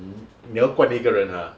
n~ 你要灌一个人 ah